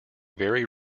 very